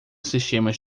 sistemas